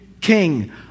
King